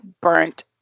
burnt